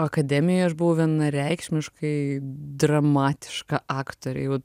akademijoj aš buvau vienareikšmiškai dramatiška aktorė jau